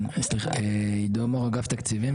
עידו מור, אגף תקציבים.